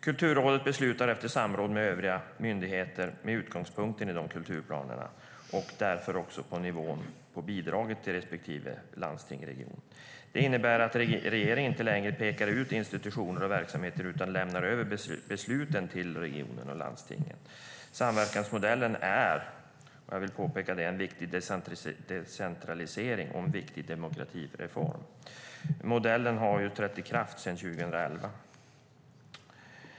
Kulturrådet beslutar, efter samråd med övriga myndigheter och med utgångspunkt i kulturplanerna, därför också om nivån på bidraget till respektive landsting eller region. Det innebär att regeringen inte längre pekar ut institutioner och verksamheter utan lämnar över besluten till regionerna och landstingen. Samverkansmodellen är - jag vill påpeka det - en viktig decentralisering och en viktig demokratireform. Modellen trädde i kraft 2011.